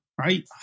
right